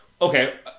Okay